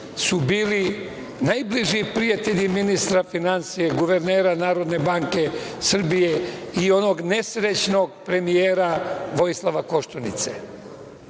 su bili najbliži prijatelji ministra finansija i guvernera NBS i onog nesrećnog premijera Vojislava Koštunice,